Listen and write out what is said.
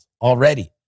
already